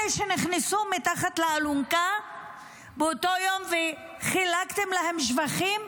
אלה שנכנסו מתחת לאלונקה באותו יום וחילקתם להם שבחים,